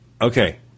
Okay